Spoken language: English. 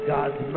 God's